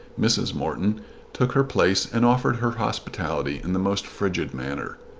mrs. morton took her place and offered her hospitality in the most frigid manner.